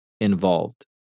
involved